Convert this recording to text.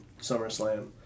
SummerSlam